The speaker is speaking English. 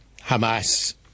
hamas